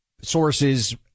sources